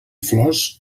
flors